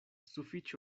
sufiĉe